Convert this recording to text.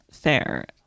Fair